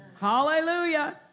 Hallelujah